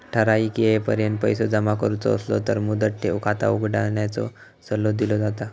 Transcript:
ठराइक येळेपर्यंत पैसो जमा करुचो असलो तर मुदत ठेव खाता उघडण्याचो सल्लो दिलो जाता